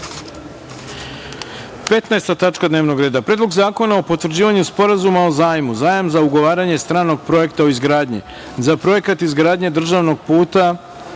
tačka dnevnog reda – Predlog zakona o potvrđivanju Sporazuma o zajmu (Zajam za ugovaranje stranog projekta u izgradnji) za Projekat izgradnje državnog puta